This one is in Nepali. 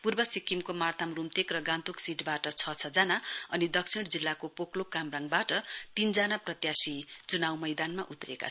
पूर्व सिक्किमको मार्ताम रूम्तेक र गान्तोक सीटबाट छ छजना अनि दक्षिण जिल्लाको पोकलोक कामराङबाट तीनजना प्रत्याशी चुनाउ मैदानमा उत्रेका छन्